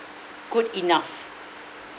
good enough